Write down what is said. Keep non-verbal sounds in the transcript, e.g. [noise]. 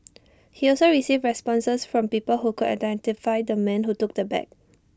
[noise] he also received responses from people who could identify the man who took the bag